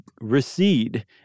recede